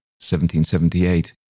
1778